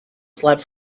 slept